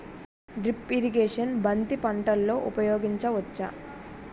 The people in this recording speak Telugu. డ్రిప్ ఇరిగేషన్ బంతి పంటలో ఊపయోగించచ్చ?